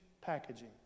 packaging